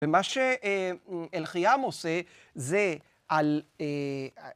ומה שאלחייהם עושה זה על...